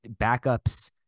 backups